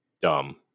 dumb